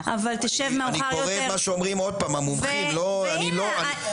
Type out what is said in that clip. אבל תשב מאוחר יותר --- עוד פעם: אני קורא את מה שאומרים המומחים.